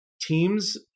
teams